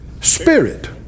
spirit